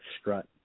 strut